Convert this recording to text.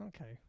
Okay